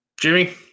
Jimmy